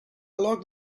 locked